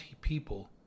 people